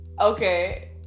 Okay